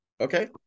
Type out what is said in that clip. okay